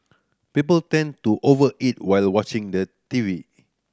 people tend to over eat while watching the T V